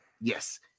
yes